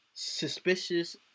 suspicious